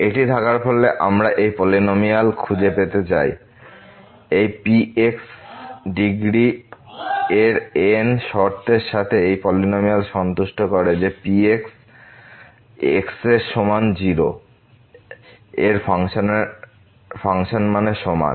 এটি থাকার ফলে আমরাএই পলিনমিয়াল খুঁজে পেতে চাই এই Pn ডিগ্রী এর n শর্তের সাথে যে এই পলিনমিয়াল সন্তুষ্ট করে যে Pn x এর সমান 0 এর ফাংশন মানের সমান